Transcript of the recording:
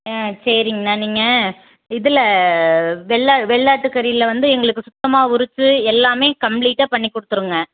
ஆ சரிங்கண்ணா நீங்கள் இதில் வெள்ளா வெள்ளாட்டு கறியில் வந்து எங்களுக்கு சுத்தமாக உரித்து எல்லாமே கம்ப்ளீட்டாக பண்ணிக்கொடுத்துருங்க